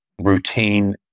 routine